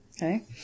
Okay